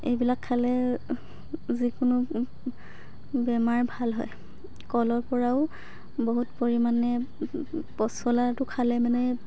এইবিলাক খালে যিকোনো বেমাৰ ভাল হয় কলৰ পৰাও বহুত পৰিমাণে পচলাটো খালে মানে